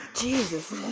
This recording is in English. Jesus